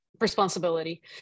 responsibility